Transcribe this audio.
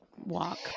walk